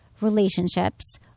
relationships